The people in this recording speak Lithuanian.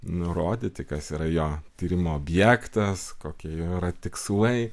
nurodyti kas yra jo tyrimo objektas kokie yra tikslai